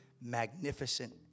magnificent